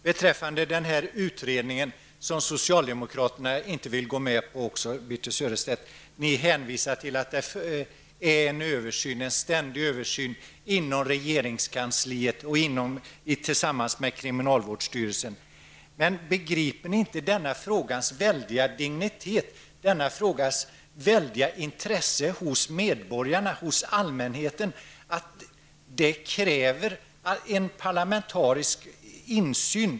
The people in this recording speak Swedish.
Beträffande den utredning som socialdemokraterna inte vill gå med på hänvisar ni till att det pågår en ständig översyn inom regeringskansliet tillsammans med kriminalvårdsstyrelsen. Begriper ni inte att denna frågas väldiga dignitet, denna frågas väldiga intresse hos medborgarna, hos allmänheten, kräver en parlamentarisk insyn.